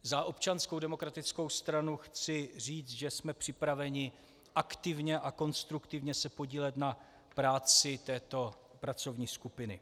Za Občanskou demokratickou stranu chci říct, že jsme připraveni aktivně a konstruktivně se podílet na práci této pracovní skupiny.